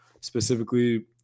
specifically